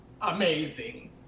amazing